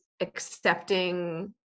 accepting